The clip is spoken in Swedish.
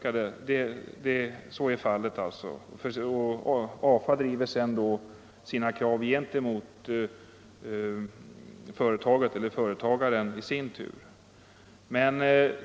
AFA driver sedan i sin tur kraven gentemot företagen.